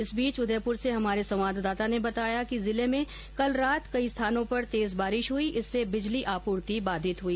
इस बीच उदयपुर से हमारे संवाददाता ने बताया कि जिले में कल रात कई स्थानों पर तेज बारिश हुई इससे बिजली आपूर्ति बाधित हुई